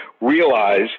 realize